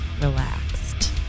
relaxed